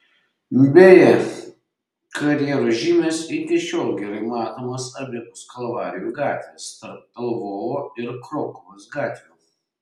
beje karjerų žymės iki šiol gerai matomos abipus kalvarijų gatvės tarp lvovo ir krokuvos gatvių